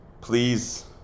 Please